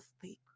sleep